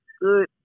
good